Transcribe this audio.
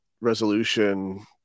resolution